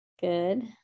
Good